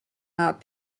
wah